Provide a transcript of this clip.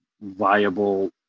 viable